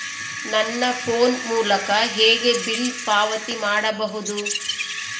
ನನ್ನ ಫೋನ್ ಮೂಲಕ ಹೇಗೆ ಬಿಲ್ ಪಾವತಿ ಮಾಡಬಹುದು?